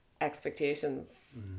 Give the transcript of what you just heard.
expectations